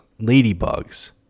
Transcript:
ladybugs